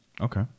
Okay